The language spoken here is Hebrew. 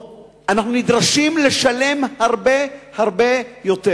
אנו נדרשים לשלם הרבה-הרבה יותר.